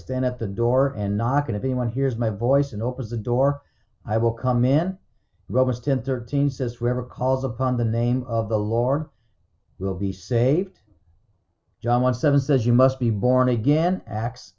stand at the door and not going to be one hears my voice and opens the door i will come in robust and thirteen's as wherever calls upon the name of the lord will be saved john one seven says you must be born again x